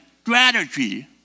strategy